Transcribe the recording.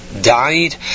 died